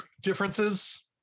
differences